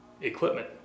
equipment